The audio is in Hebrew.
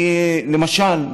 למשל.